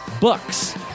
books